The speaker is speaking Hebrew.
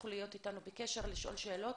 תמשיכו להיות איתנו בקשר, לשאול שאלות.